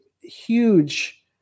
huge